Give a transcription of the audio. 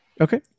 Okay